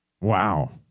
Wow